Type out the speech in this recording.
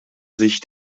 sich